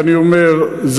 ואני אומר,